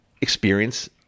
experience